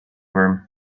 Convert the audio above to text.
room